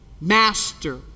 Master